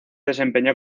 desempeñó